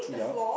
yup